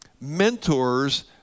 mentors